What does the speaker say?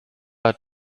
hat